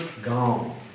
gone